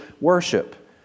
worship